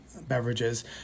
beverages